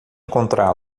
encontrá